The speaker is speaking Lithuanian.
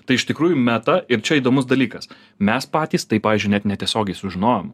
tai iš tikrųjų meta ir čia įdomus dalykas mes patys tai pavyzdžiui net netiesiogiai sužinojom